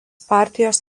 partijos